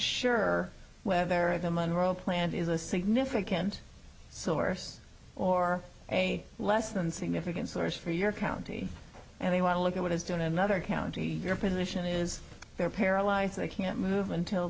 sure whether the money ro plant is a significant source or a less than significant source for your county and they want to look at what is done in another county your position is they're paralyzed they can't move until